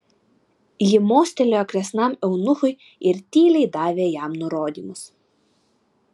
ji mostelėjo kresnam eunuchui ir tyliai davė jam nurodymus